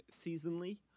seasonally